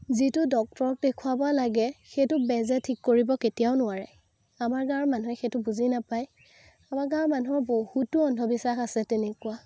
যিটো ডক্তৰক দেখুৱাব লাগে সেইটো বেজে ঠিক কৰিব কেতিয়াও নোৱাৰে আমাৰ গাঁৱৰ মানুহে সেইটো বুজি নাপায় আমাৰ গাঁৱৰ মানুহৰ বহুতো অন্ধবিশ্বাস আছে তেনেকুৱা